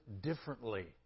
differently